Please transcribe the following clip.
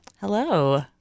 Hello